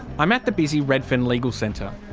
i'm at the busy redfern legal centre.